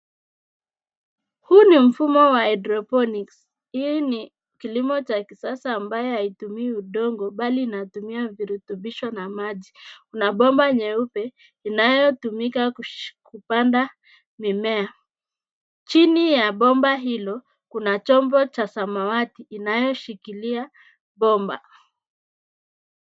Huu ni mfumo wa hydroponics . Hii ni kilimo cha kisasa ambayo haitumii udongo bali inatumia virutubisho na maji. Kuna bomba nyeupe inayotumika kupanda mimea. Chini ya bomba hilo kuna chombo cha samawati inayoshikilia bomba.